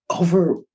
over